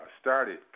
started